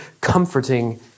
comforting